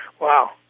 Wow